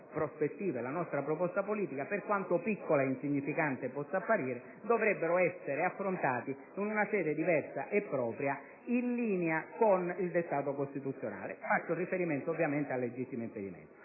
prospettiva e la nostra proposta politica, per quanto piccola e insignificante possa apparire, dovrebbe essere sviluppata in una sede diversa e propria, in linea con il dettato costituzionale. Faccio riferimento ovviamente al legittimo impedimento.